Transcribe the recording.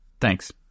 Thanks